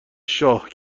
شاه